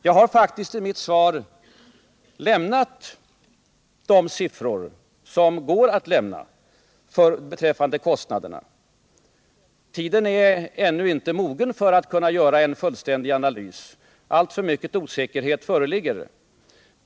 Jag har faktiskt i mitt svar lämnat de siffror som går att lämna beträffande kostnaderna. Tiden är ännu inte mogen för att göra en fullständig analys. Alltför mycket osäkerhet föreligger.